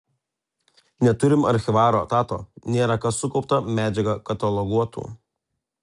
neturim archyvaro etato nėra kas sukauptą medžiagą kataloguotų